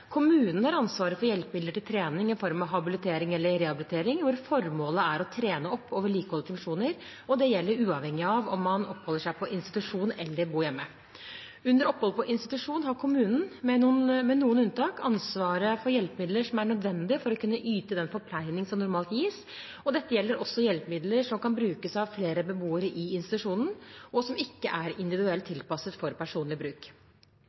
Kommunen har ansvaret for hjelpemidler til trening i form av habilitering eller rehabilitering hvor formålet er å trene opp og vedlikeholde funksjoner. Dette gjelder uavhengig av om man oppholder seg på institusjon eller bor hjemme. Under opphold på institusjon har kommunen – med noen unntak – ansvaret for hjelpemidler som er nødvendige for å kunne yte den forpleining som normalt gis. Dette gjelder også hjelpemidler som kan brukes av flere beboere i institusjonen, og som ikke er individuelt tilpasset for personlig bruk.